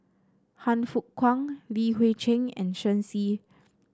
Han Fook Kwang Li Hui Cheng and Shen Xi